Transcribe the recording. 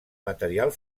material